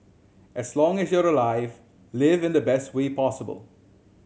as long as you are alive live in the best way possible